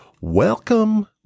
Welcome